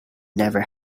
never